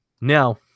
Now